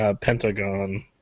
Pentagon